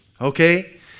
okay